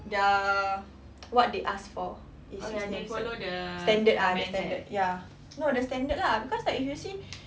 the what they ask for is system set the standard ah the standard ya no the standard lah because like if you see